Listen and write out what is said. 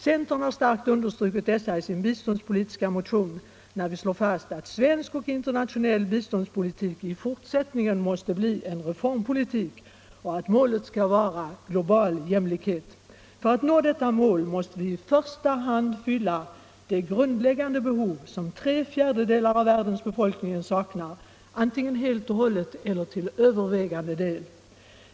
Centern har starkt understrukit detta i sin biståndspolitiska motion, när vi slår fast att svensk och internationell biståndspolitik i fortsättningen måste bli en reformpolitik och att målet skall vara ”global jämlikhet”. För att nå detta mål måste vi i första hand fylla de grundläggande behov som tre fjärdedelar av världens befolkning saknar, antingen helt och hållet eller till övervägande del.